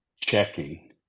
checking